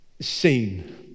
seen